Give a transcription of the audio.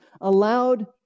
allowed